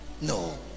no